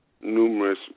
numerous